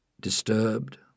disturbed